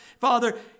Father